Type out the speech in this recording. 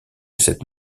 cette